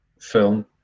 film